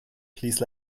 please